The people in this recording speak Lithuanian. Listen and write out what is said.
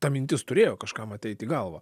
ta mintis turėjo kažkam ateit į galvą